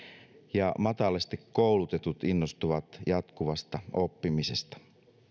ja matalasti koulutetut innostuvat jatkuvasta oppimisesta